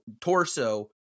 torso